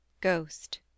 ghost